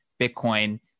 Bitcoin